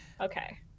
Okay